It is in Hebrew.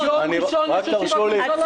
ביום ראשון יש ישיבת ממשלה.